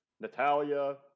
Natalia